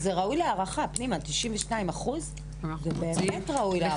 זה ראוי להערכה, פנינה, 92% זה באמת ראוי להערכה.